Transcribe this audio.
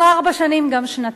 לא ארבע שנים, גם שנתיים.